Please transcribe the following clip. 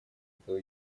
этого